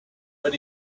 but